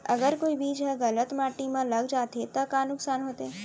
अगर कोई बीज ह गलत माटी म लग जाथे त का नुकसान होथे?